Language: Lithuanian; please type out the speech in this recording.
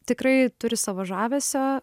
tikrai turi savo žavesio